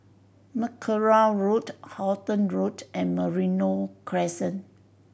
Mackerrow Road Halton Road and Merino Crescent